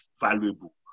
valuable